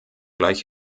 gleich